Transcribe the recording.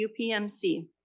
UPMC